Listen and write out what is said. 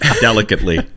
delicately